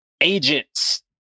agents